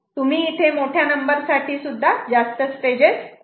तुम्ही इथे मोठ्या नंबर साठी जास्त स्टेजेस ऍड करू शकतात